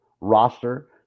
roster